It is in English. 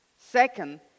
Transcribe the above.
Second